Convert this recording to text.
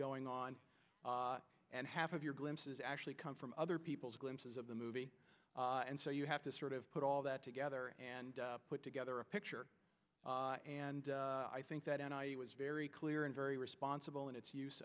going on and half of your glimpses actually come from other people's glimpses of the movie and so you have to sort of put all that together and put together a picture and i think that and i was very clear and very responsible in its use